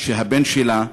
שהבן שלה,